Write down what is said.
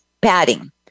padding